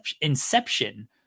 inception